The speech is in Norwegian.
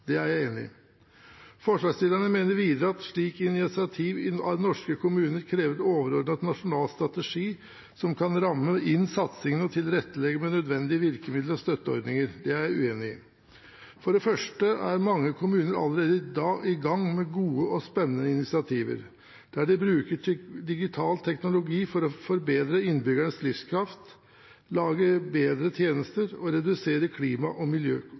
Det er jeg enig i. Forslagsstillerne mener videre at slike initiativer i norske kommuner krever en overordnet nasjonal strategi som kan ramme inn satsingene og tilrettelegge med nødvendige virkemidler og støtteordninger. Det er jeg uenig i. For det første er mange kommuner allerede i gang med gode og spennende initiativer, der de bruker digital teknologi for å forbedre innbyggernes livskraft, lage bedre tjenester og redusere klima- og